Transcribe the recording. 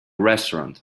restaurant